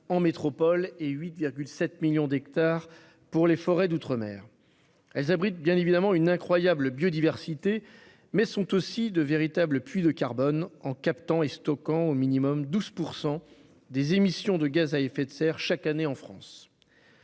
en métropole, et 8,7 millions d'hectares en outre-mer. Elles abritent évidemment une incroyable biodiversité, mais sont aussi de véritables puits de carbone, captant et stockant au moins 12 % des émissions de gaz à effet de serre en France